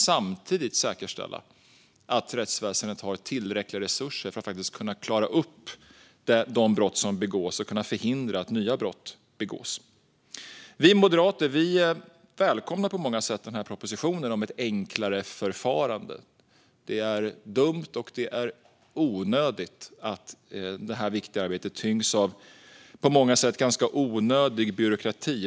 Samtidigt måste man säkerställa att rättsväsendet har tillräckliga resurser för att kunna klara upp de brott som begås och förhindra att nya brott begås. Vi moderater välkomnar på många sätt den här propositionen om ett enklare förfarande. Det är dumt och onödigt att detta viktiga arbete tyngs av ganska onödig byråkrati.